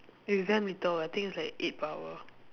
it's damn little I think it's like eight per hour